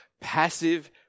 passive